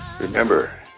Remember